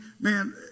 man